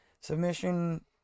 submission